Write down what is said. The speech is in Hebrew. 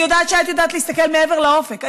אני יודעת שאת יודעת להסתכל מעבר לאופק.